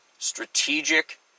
strategic